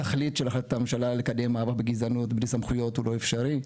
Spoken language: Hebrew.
התכלית של החלטת ממשלה לקדם מאבק בגזענות בלי סמכויות הוא לא אפשרי.